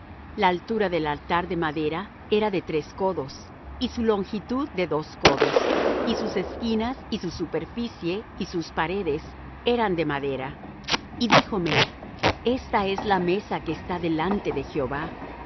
la altura del altar de madera era de tres codos y su longitud de dos codos y sus esquinas y su superficie y sus paredes eran de madera y díjome esta es la mesa que está delante de jehová